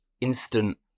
instant